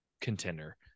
contender